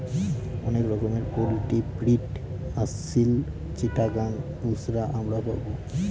অনেক রকমের poultry breed Aseel, Chittagong, বুশরা আমরা পাবো